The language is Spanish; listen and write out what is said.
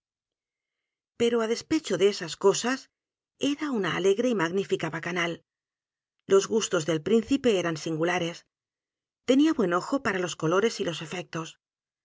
pero á despecho de esas cosas era una alegre y m a g nífica bacanal los gustos del príncipe eran singulares tenía buen ojo para los colores y los efectos